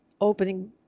opening